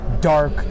dark